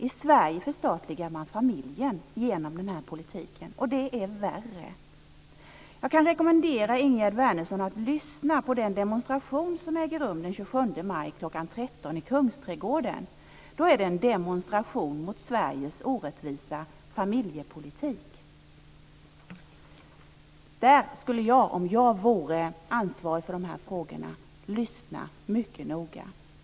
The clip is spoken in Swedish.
I Sverige förstatligar man familjen genom den här politiken, och det är värre. Jag kan rekommendera Ingegerd Wärnersson att lyssna på den demonstration som äger rum den 27 maj, kl. 13.00, i Kungsträdgården. Då är det en demonstration mot Sveriges orättvisa familjepolitik. Om jag vore ansvarig för de här frågorna skulle jag lyssna mycket noga på den.